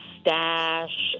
stash